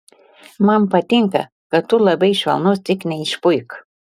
man patinka kad tu labai švelnus tik neišpuik